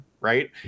right